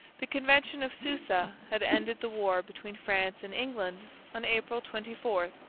the convention of susa had ended the war between france and england on april twenty four,